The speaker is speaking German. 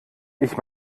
ich